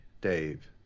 Dave